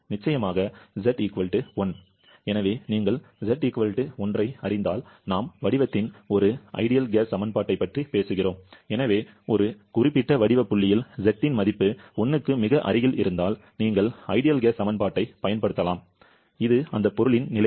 நிச்சயமாக Z 1 எனவே நீங்கள் Z 1 ஐ அறிந்தால் நாம் வடிவத்தின் ஒரு சிறந்த வாயு சமன்பாட்டைப் பற்றி பேசுகிறோம் எனவே ஒரு குறிப்பிட்ட வடிவ புள்ளியில் Z இன் மதிப்பு 1 க்கு மிக அருகில் இருந்தால் நீங்கள் சிறந்த வாயு சமன்பாட்டைப் பயன்படுத்தலாம் அந்த பொருளின் நிலை